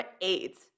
AIDS